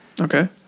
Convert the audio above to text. Okay